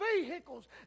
vehicles